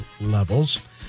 levels